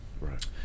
Right